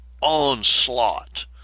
onslaught